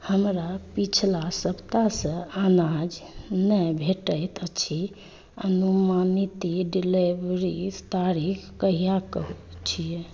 हमरा पछिला सप्ताहसँ अनाज नहि भेटैत अछि अनुमानित डिलीवरी तारीख कहियाके छियै